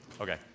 Okay